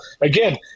again